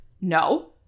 No